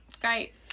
great